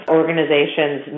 organizations